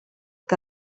que